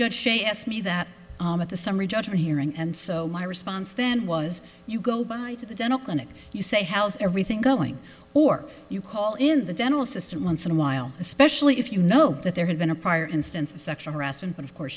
judge she asked me that at the summary judgment hearing and so my response then was you go by the dental clinic you say how's everything going or you call in the dental system once in a while especially if you know that there had been a prior instance of sexual harassment but of course